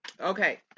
okay